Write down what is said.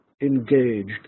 engaged